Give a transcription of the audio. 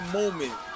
moment